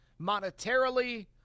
Monetarily